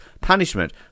punishment